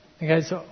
Guys